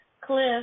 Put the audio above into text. Cliff